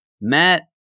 Matt